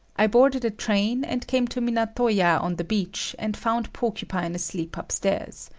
i boarded a train and came to minato-ya on the beach and found porcupine asleep upstairs.